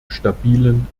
stabilen